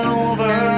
over